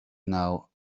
know